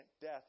death